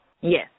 Yes